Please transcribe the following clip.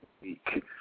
week